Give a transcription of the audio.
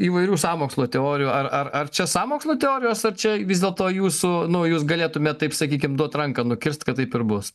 įvairių sąmokslo teorijų ar ar čia sąmokslo teorijos ar čia vis dėlto jūsų nu jūs galėtume taip sakykim duoti ranką nukirst kad taip ir bus